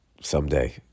someday